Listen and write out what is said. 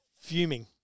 fuming